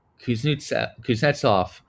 Kuznetsov